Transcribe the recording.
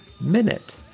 Minute